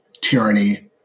tyranny